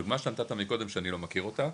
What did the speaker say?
הדוגמא שנתת מקודם, שאני לא מכיר אותה,